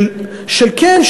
כן,